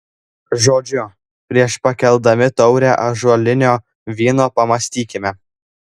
žodžiu prieš pakeldami taurę ąžuolinio vyno pamąstykime